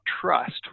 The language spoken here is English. trust